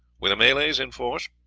were the malays in force?